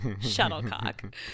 Shuttlecock